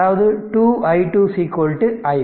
அதாவது 2 i2 i1